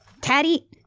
Taddy